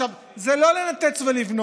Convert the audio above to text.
עכשיו, זה לא לנתץ ולבנות,